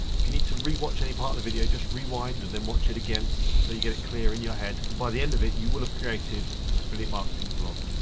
if you need to re-watch any part of the video, just rewind and then watch it again so so you get it clear in your head. and by the end of it, you would have created an affiliate marketing blog.